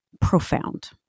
profound